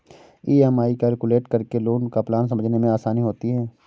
EMI calculate करके loan का plan समझने में आसानी होती है